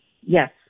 Yes